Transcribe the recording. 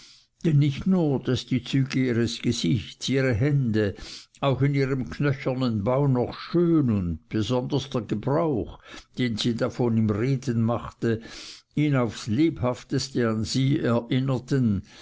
denn nicht nur daß die züge ihres gesichts ihre hände auch in ihrem knöchernen bau noch schön und besonders der gebrauch den sie davon im reden machte ihn aufs lebhafteste an sie erinnerten